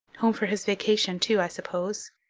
home for his vacation too, i suppose.